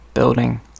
building